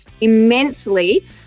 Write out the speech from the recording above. immensely